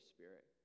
Spirit